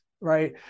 right